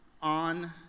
on